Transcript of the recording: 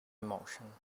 emotion